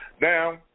Now